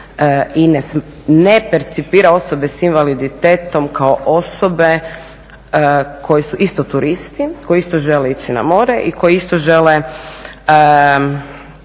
i ne percipira osobe s invaliditetom kao osobe koje su isto turisti, koji isto žele ići na more i koji isto žele